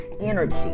energy